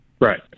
Right